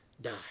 die